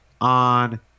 on